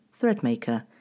threadmaker